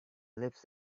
lives